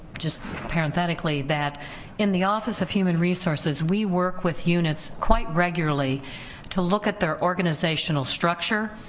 just parenthetically that in the office of human resources we work with units quite regularly to look at their organizational structure.